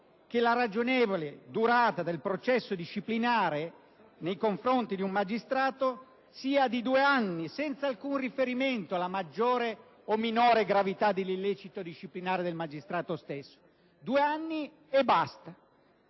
che la ragionevole durata del processo disciplinare nei confronti di un magistrato sia di due anni, senza alcun riferimento alla maggiore o minore gravità dell'illecito disciplinare del magistrato stesso. Solo due anni.